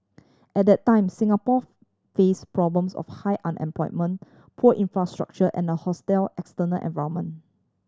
at that time Singapore face problems of high unemployment poor infrastructure and a hostile external environment